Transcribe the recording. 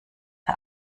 der